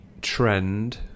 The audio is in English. trend